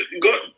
God